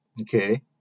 okay